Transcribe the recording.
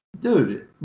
dude